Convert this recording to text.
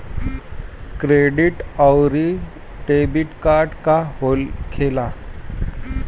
Credit आउरी debit card का होखेला?